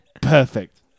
Perfect